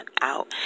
out